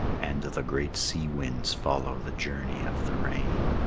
and the great sea-winds follow the journey of the rain.